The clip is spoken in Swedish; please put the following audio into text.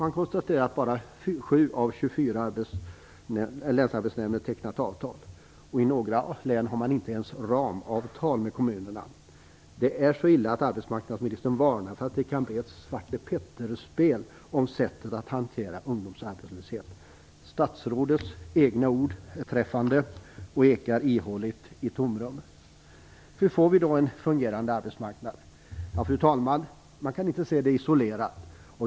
Han konstaterar att bara 7 av 24 länsarbetsnämnder har tecknat avtal, och i några län har man inte ens ramavtal med kommunerna. Det är så illa att arbetsmarknadsministern varnar för att ungdomsarbetslösheten kan bli föremål för ett Svarte Petter-spel. Statsrådets egna ord är träffande och ekar ihåligt i tomrummet. Hur får vi då en fungerande arbetsmarknad? Ja, fru talman, man kan inte se detta isolerat.